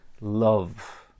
love